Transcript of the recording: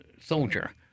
soldier